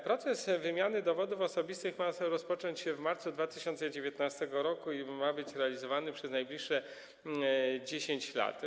Proces wymiany dowodów osobistych ma rozpocząć się w marcu 2019 r. i ma być realizowany przez najbliższe 10 lat.